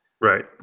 Right